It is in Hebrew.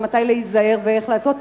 ומתי להיזהר ואיך לעשות,